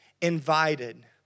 invited